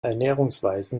ernährungsweisen